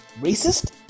racist